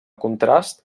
contrast